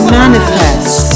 manifest